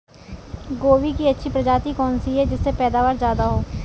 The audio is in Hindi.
गोभी की अच्छी प्रजाति कौन सी है जिससे पैदावार ज्यादा हो?